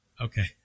okay